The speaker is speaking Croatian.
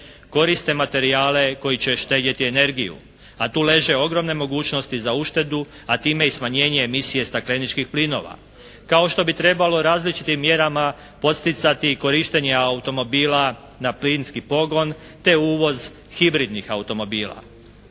koriste materijale koji će štedjeti energiju, a tu leže ogromne mogućnosti za uštedu, a time i smanjenje emisije stakleničkih plinova. Kao što bi trebalo različitim mjerama podsticati i korištenje automobila na plinski pogon, te uvoz hibridnih automobila.